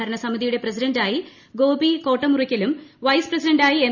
ഭരണ സമിതിയുടെ പ്രസിഡന്റായി ഗ്ലോപീ കോട്ടമുറിയ്ക്കലും വൈസ് പ്രസിഡന്റായി എം